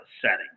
setting